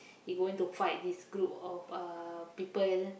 he going to fight this group of uh people